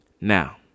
Now